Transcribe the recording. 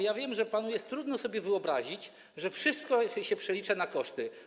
Ja wiem, że panu jest trudno sobie wyobrazić, że wszystko się przelicza na koszty.